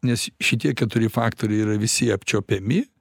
nes šitie keturi faktoriai yra visi apčiuopiami